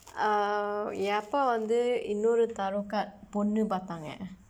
uh என் அப்பா வந்து இன்னொரு: en appaa vandthu innoru tarot card பொண்ணு பார்த்தாங்க:ponnu paarththaangka